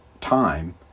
time